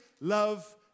love